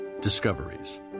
Discoveries